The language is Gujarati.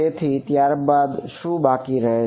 તેથી ત્યારબાદ શું બાકી રહે છે